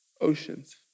oceans